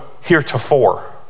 heretofore